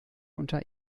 unter